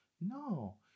no